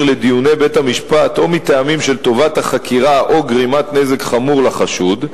לדיוני בית-המשפט או מטעמים של טובת החקירה או גרימת נזק חמור לחשוד,